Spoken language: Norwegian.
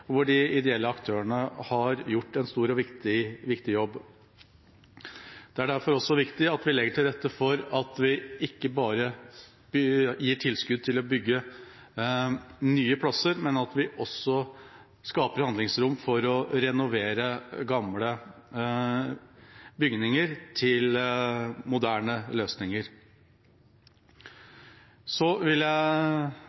hvor de ideelle aktørene har gjort en stor og viktig jobb. Det er derfor viktig at vi legger til rette for at vi ikke bare gir tilskudd til å bygge nye plasser, men at vi også skaper handlingsrom for å renovere gamle bygninger til moderne løsninger.